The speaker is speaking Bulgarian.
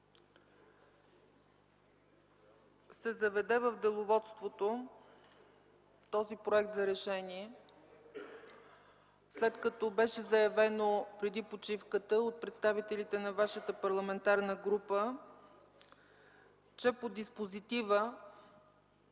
се заведе в деловодството този проект за решение, след като беше заявено преди почивката от представителите на вашата парламентарна група, че по диспозитива